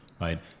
right